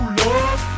love